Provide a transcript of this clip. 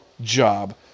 job